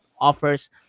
offers